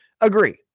agree